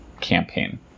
campaign